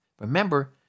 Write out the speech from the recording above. Remember